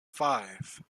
five